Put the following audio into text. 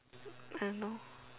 oh no